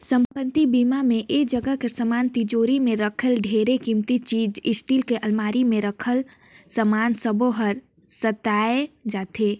संपत्ति बीमा म ऐ जगह के समान तिजोरी मे राखे ढेरे किमती चीच स्टील के अलमारी मे राखे समान सबो हर सेंइताए जाथे